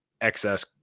excess